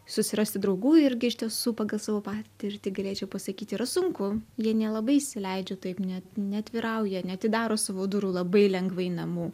susirasti draugų irgi iš tiesų pagal savo patirtį galėčiau pasakyt yra sunku jie nelabai įsileidžia taip net neatvirauja neatidaro savo durų labai lengvai namų